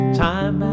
time